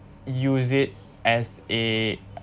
use it as a